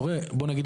בואו נגיד,